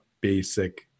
basic